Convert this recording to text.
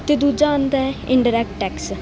ਅਤੇ ਦੂਜਾ ਆਉਂਦਾ ਇਨਡਾਇਰੈਕਟ ਟੈਕਸ